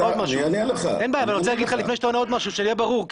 אני רוצה להגיד לך לפני שאתה עונה עוד משהו שיהיה ברור,